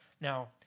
Now